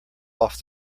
off